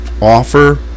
offer